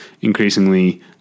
increasingly